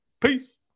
Peace